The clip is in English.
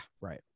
right